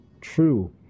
true